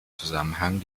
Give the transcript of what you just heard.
zusammenhang